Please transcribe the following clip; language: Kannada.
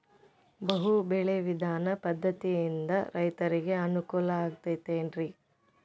ಬಹು ಬೆಳೆ ವಿಧಾನ ಪದ್ಧತಿಯಿಂದ ರೈತರಿಗೆ ಅನುಕೂಲ ಆಗತೈತೇನ್ರಿ?